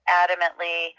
adamantly